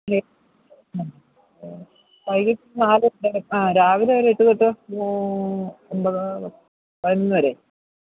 ഇല്ലേ ഉം വൈകിട്ട് നാല് വരെ ആ രാവിലെ ഒരു എട്ട് തൊട്ട് ഒമ്പത് പ പതിനൊന്ന് വരെ